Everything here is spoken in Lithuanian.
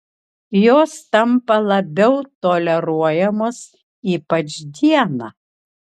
jos tampa labiau toleruojamos ypač dieną